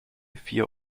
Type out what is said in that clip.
vier